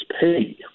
pay